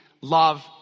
love